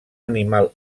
animal